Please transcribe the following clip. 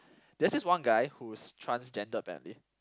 there's this one guy who's transgender apparently